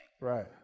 Right